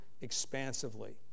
expansively